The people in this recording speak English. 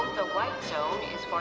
white zone